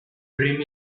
dream